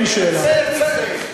אין שאלה.